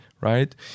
Right